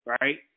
right